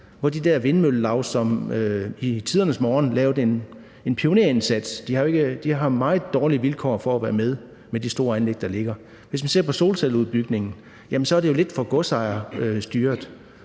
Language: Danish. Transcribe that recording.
mens de der vindmøllelav, som i tidernes morgen gjorde en pionerindsats, har meget dårlige vilkår for at være med med de store anlæg, der ligger. Hvis man ser på solcelleudbygningen, er den jo lidt for godsejerstyret.